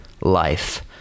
life